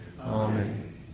Amen